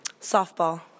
Softball